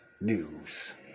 news